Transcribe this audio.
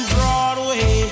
Broadway